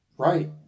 Right